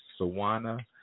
Sawana